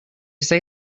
say